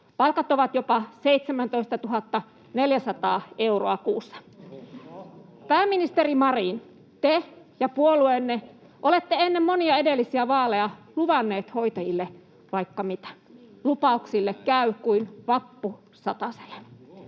Palkat ovat jopa 17 400 euroa kuussa. [Eduskunnasta: Ohhoh!] Pääministeri Marin, te ja puolueenne olette ennen monia edellisiä vaaleja luvanneet hoitajille vaikka mitä. Lupauksille käy kuin vappusataselle.